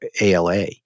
ALA